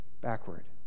backward